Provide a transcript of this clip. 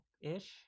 ish